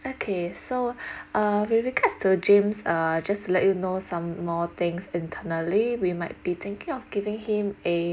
okay so uh with regards to james uh just to let you know some more things internally we might be thinking of giving him a